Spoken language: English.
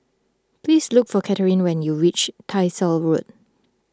please look for Catherine when you reach Tyersall Road